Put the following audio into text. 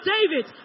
David